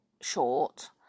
short